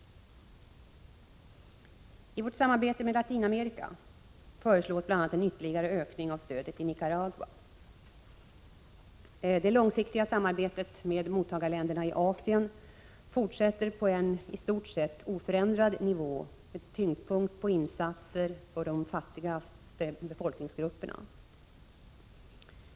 I vårt samarbete med Latinamerika föreslås bl.a. en ytterligare ökning av stödet till Nicaragua. Det långsiktiga samarbetet med mottagarländerna i Asien fortsätter på en i stort sett oförändrad nivå med tyngdpunkt på insatser för de fattigaste befolkningsgrupperna.